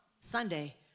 sunday